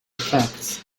effects